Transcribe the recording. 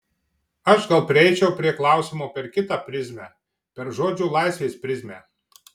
aš gal prieičiau prie klausimo per kitą prizmę per žodžio laisvės prizmę